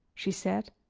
she said,